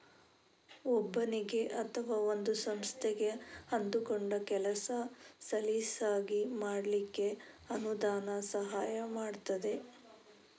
ಒಬ್ಬನಿಗೆ ಅಥವಾ ಒಂದು ಸಂಸ್ಥೆಗೆ ಅಂದುಕೊಂಡ ಕೆಲಸ ಸಲೀಸಾಗಿ ಮಾಡ್ಲಿಕ್ಕೆ ಅನುದಾನ ಸಹಾಯ ಮಾಡ್ತದೆ